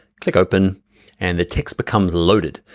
click open and the text becomes loaded.